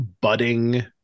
Budding